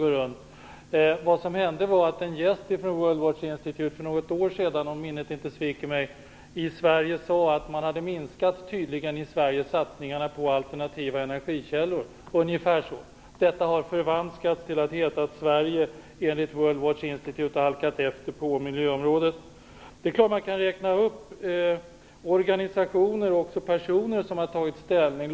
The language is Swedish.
Det som hände var att en gäst från World Watch Institute för något år sedan - om minnet inte sviker mig - sade att man i Sverige tydligen minskat satsningarna på alternativa energikällor i Sverige. Detta uttalande har förvanskats till påståenden som att Sverige, enligt Word Watch Institute, har halkat efter på miljöområdet. Självfallet kan man räkna upp organisationer och personer som tagit ställning.